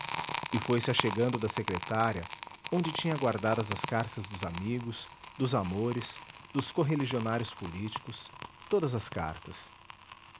e foi-se achegando da secretária onde tinha guardadas as cartas dos amigos dos amores dos correligionários políticos todas as cartas